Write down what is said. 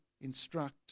instruct